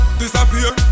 disappear